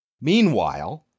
Meanwhile